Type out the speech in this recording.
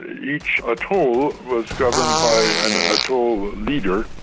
each atoll was governed by an atoll leader,